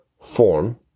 form